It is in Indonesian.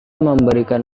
memberikan